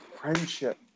friendship